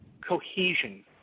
cohesion